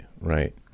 Right